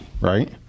Right